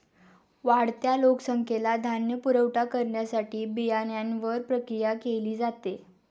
वाढत्या लोकसंख्येला धान्य पुरवठा करण्यासाठी बियाण्यांवर प्रक्रिया केली जाते